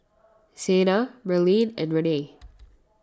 Sena Merlene and Renee